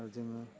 जोङो